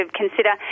consider